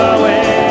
away